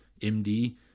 md